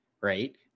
right